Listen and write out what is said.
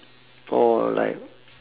orh like